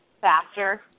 faster